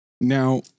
Now